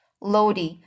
Lodi